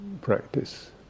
practice